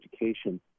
education